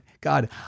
God